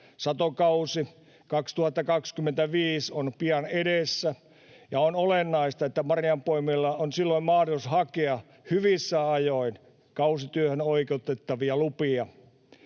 Satokausi 2025 on pian edessä, ja on olennaista, että marjanpoimijoilla on silloin mahdollisuus hakea hyvissä ajoin kausityöhön oikeuttavia lupia.